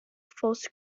forced